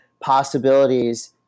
possibilities